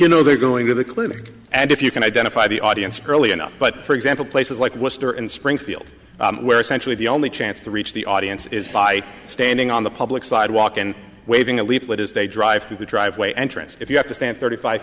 you know they're going to the clinic and if you can identify the audience early enough but for example places like west or in springfield where essentially the only chance to reach the audience is by standing on the public sidewalk and waving a leaflet as they drive through the driveway entrance if you have to stand thirty five